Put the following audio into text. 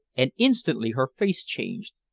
and instantly her face changed.